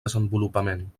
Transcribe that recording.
desenvolupament